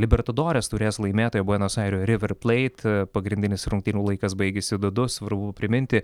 libertadores taurės laimėtoją buenos airių river pleit pagrindinis rungtynių laikas baigėsi du du svarbu priminti